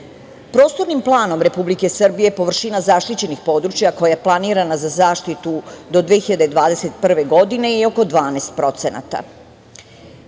drugo. Prostornim planom Republike Srbije površina zaštićenih područja koja je planirana za zaštitu do 2021. godine je oko 12%.